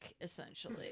essentially